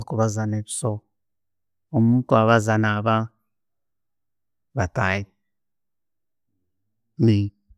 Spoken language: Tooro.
Okubaaza ne 'bisooro, omuntu abaaza na'bantu nabatahiibe